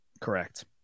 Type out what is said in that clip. Correct